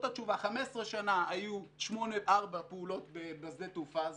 15 שנה היו ארבע פעולות בשדה התעופה הזה,